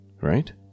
right